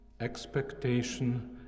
expectation